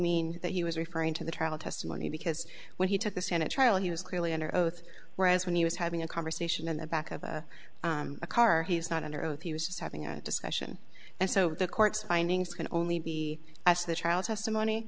mean that he was referring to the trial testimony because when he took the stand at trial he was clearly under oath whereas when he was having a conversation in the back of a car he's not under oath he was just having a discussion and so the court's findings can only be as the trial testimony